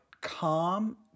calm